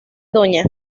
dña